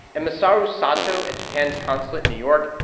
and masaru sato at japan's consulate in new york,